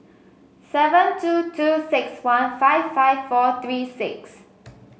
seven two two six one five five four three six